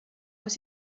was